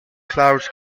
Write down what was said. clouds